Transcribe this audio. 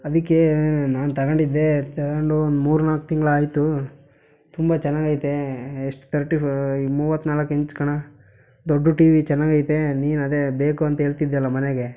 ಅದಕ್ಕೆ ನಾನು ತಗೊಂಡಿದ್ದೆ ತಗೊಂಡು ಒಂದು ಮೂರು ನಾಲ್ಕು ತಿಂಗ್ಳು ಆಯಿತು ತುಂಬ ಚೆನ್ನಾಗಿ ಐತೇ ಎಷ್ಟು ತರ್ಟಿ ಮೂವತ್ತ ನಾಲ್ಕು ಇಂಚ್ ಕಣೋ ದೊಡ್ಡ ಟಿ ವಿ ಚೆನ್ನಾಗಿ ಐತೆ ನೀನು ಅದೇ ಬೇಕು ಅಂತ ಹೇಳ್ತಿದ್ದೆಯಲ್ಲ ಮನೆಗೆ